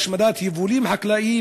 השמדת יבולים חקלאיים,